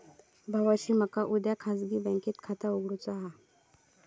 भावाशी मका उद्या खाजगी बँकेत खाता उघडुचा हा